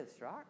right